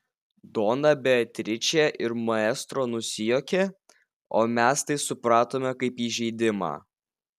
dona beatričė ir maestro nusijuokė o mes tai supratome kaip įžeidimą